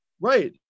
Right